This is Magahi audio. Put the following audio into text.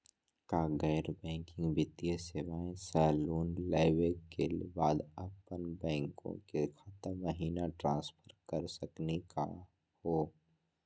का गैर बैंकिंग वित्तीय सेवाएं स लोन लेवै के बाद अपन बैंको के खाता महिना ट्रांसफर कर सकनी का हो?